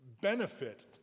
benefit